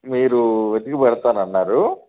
మీరు వెతికి పెడతాను అన్నారు